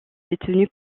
détenu